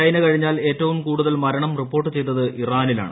China കഴിഞ്ഞാൽ ഏറ്റവും കൂടുതൽ മരണം റിപ്പോർട്ട് ചെയ്തത് ഇറാനിലാണ്